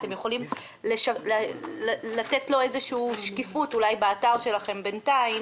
אתם יכולים לתת לו איזשהו שקיפות אולי באתר שלכם בינתיים